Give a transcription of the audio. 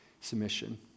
submission